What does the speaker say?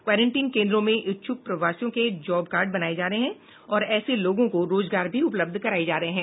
quarantine केन्द्रों में इच्छुक प्रवासियों के जॉब कार्ड बनाये जा रहे हैं और ऐसे लोगों को रोजगार भी उपलब्ध कराये जा रहे हैं